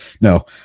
no